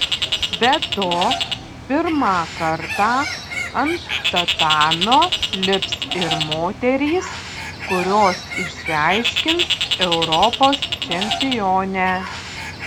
be to pirmą kartą ant tatamio lips ir moterys kurios išsiaiškins europos čempionę